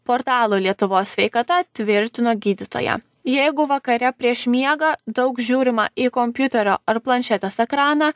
portalui lietuvos sveikata tvirtino gydytoja jeigu vakare prieš miegą daug žiūrima į kompiuterio ar planšetės ekraną